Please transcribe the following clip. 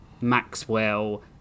Maxwell